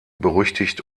berüchtigt